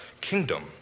kingdom